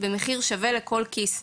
במחיר שווה לכל כיס.